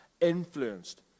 influenced